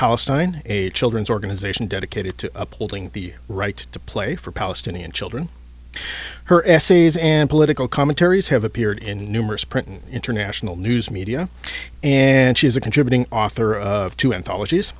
palestine a children's organization dedicated to upholding the right to play for palestinian children her essays and political commentaries have appeared in numerous print and international news media and she is a contributing author of two anthologies